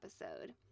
episode